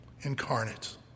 incarnate